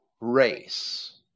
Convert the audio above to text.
race